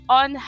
on